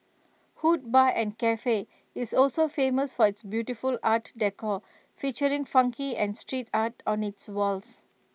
hood bar and Cafe is also famous for its beautiful art decor featuring funky and street art on its walls